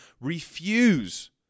refuse